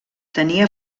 tenia